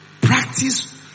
practice